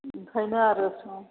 ओंखायनो आरो सों